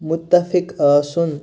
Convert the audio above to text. مُتَفِق آسُن